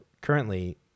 currently